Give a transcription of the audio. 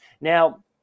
now